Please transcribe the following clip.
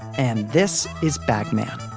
and this is bag man